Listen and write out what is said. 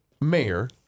mayor